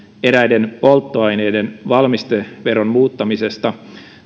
eräiden polttoaineiden valmisteveron muuttamisesta